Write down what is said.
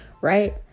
right